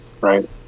right